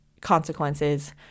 consequences